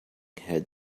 had